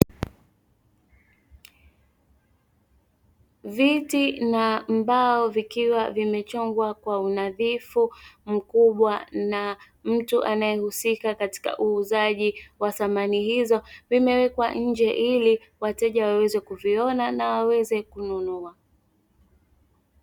Viti na mbao vikiwa vimechongwa kwa unadhifu mkubwa na mtu anaye husika katika uuzaji wa samani hizo zimewekwa nje, ili wateja waweze kuviona nawaweze kuvinunua.